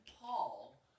Paul